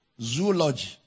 zoology